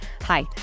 Hi